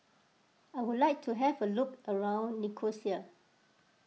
I would like to have a look around Nicosia